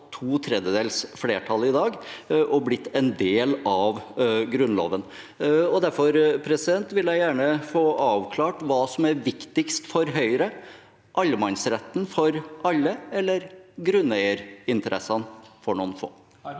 to tredjedels flertall i dag og blitt en del av Grunnloven. Derfor vil jeg gjerne få avklart hva som er viktigst for Høyre: allemannsretten for alle eller grunneierinteressene for noen få?